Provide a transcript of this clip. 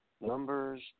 Numbers